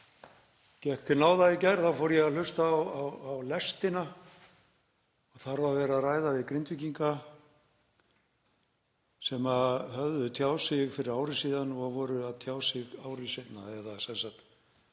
gekk til náða í gær þá fór ég að hlusta á Lestina en þar var verið að ræða við Grindvíkinga sem höfðu tjáð sig fyrir ári síðan og voru að tjá sig ári seinna